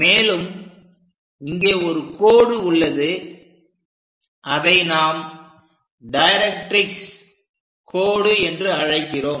மேலும் இங்கே ஒரு கோடு உள்ளது அதை நாம் டைரக்ட்ரிக்ஸ் கோடு என்று அழைக்கிறோம்